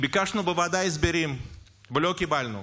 כי ביקשנו בוועדה הסברים ולא קיבלנו.